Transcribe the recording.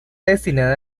destinada